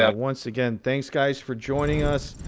um once again, thanks, guys, for joining us.